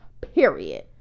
period